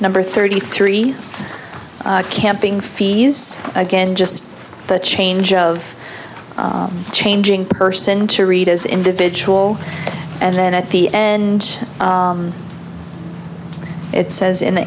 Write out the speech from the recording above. number thirty three camping fees again just the change of changing person to read as individual and then at the end it says in the